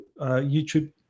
YouTube